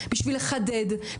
בשביל לחדד,